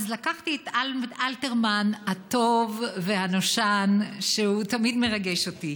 אז לקחתי את אלתרמן הטוב והנושן, שתמיד מרגש אותי,